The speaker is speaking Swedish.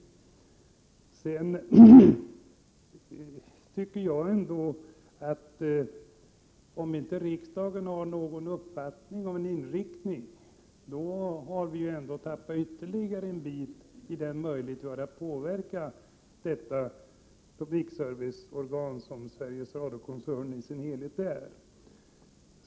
Om riksdagen inte har någon uppfattning om en inriktning har vi tappat ytterligare en bit av möjligheterna att påverka det publikserviceorgan som Sveriges Radio-koncernen i sin helhet är.